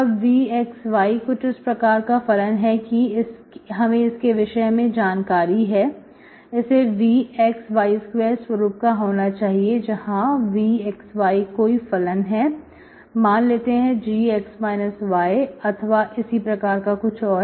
तब vxy कुछ इस प्रकार का फलन है कि हमें इसके विषय में जानकारी है इसे vxy2 स्वरूप का होना चाहिए जहांvxy कोई फलन है मान लेते हैं g अथवा किसी प्रकार का कुछ और